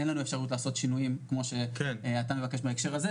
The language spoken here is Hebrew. אין לנו אפשרות לעשות שינויים כמו שאתה מבקש בהקשר הזה.